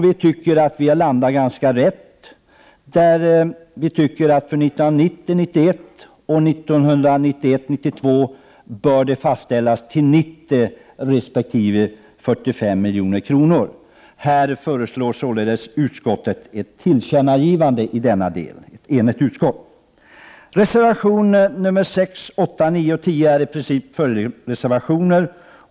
Vi tycker att vi har landat ganska rätt när vi föreslår att ramarna för 1990 92 fastställs till 90 resp. 45 milj.kr. Utskottet föreslår således enigt ett tillkännagivande i denna del. Reservationerna nr 6, 8, 9 och 10 är i princip följdreservationer.